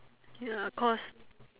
ya cause